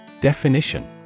Definition